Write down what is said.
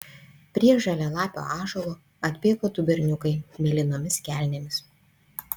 prie žalialapio ąžuolo atbėga du berniukai mėlynomis kelnėmis